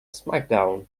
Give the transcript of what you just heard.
smackdown